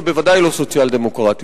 ובוודאי לא סוציאל-דמוקרטי.